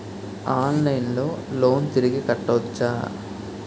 ఆన్లైన్లో లోన్ తిరిగి కట్టోచ్చా?